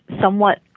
somewhat